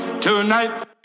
tonight